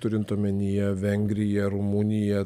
turint omenyje vengriją rumuniją